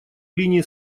линии